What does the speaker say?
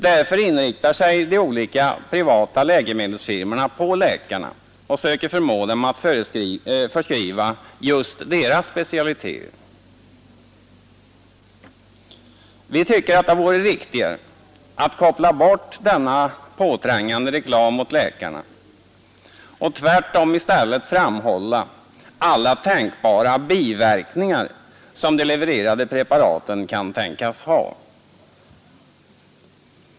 Därför inriktar sig de olika privatägda läkemedelsfirmorna på läkarna och söker förmå dem att förskriva just deras specialiteter. Vi tycker att det vore riktigare att koppla bort denna påträngande reklam mot läkarna och tvärtom i stället framhålla alla tänkbara biverkningar som de levererade preparaten kan tänkas ha.